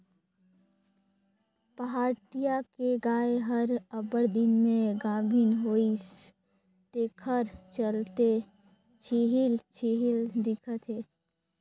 पहाटिया के गाय हर अब्बड़ दिन में गाभिन होइसे तेखर चलते छिहिल छिहिल दिखत हे